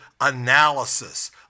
analysis